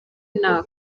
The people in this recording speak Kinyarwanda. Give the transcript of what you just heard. nta